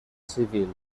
civil